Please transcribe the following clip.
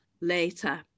later